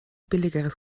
billigeres